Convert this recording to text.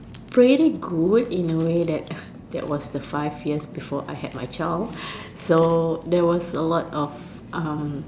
pretty good in a way that that was the five years before I had my child so there was a lot of um